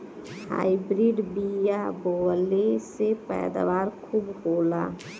hybrid बिया बोवले से पैदावार खूब होला